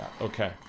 Okay